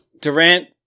Durant